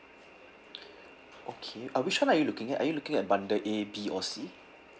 okay uh which one are you looking at are you looking at bundle A B or C